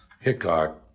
Hickok